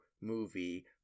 Movie